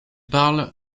parle